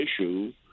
issue